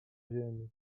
ziemi